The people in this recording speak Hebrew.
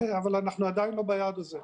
אבל אנחנו עדיין לא ביעד הזה.